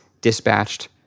dispatched